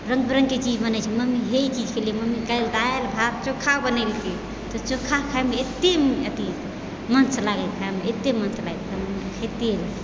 रङ्ग बिरङ्गके चीज बनै छै मम्मी हे ई चीज खेलियै मम्मी काल्हि दालि भात चोखा बनैलके तऽ चोखा खाइमे अत्ते अथि मस्त लागै खाइमे अत्ते मस्त लागै खाइमे खाइते रहियै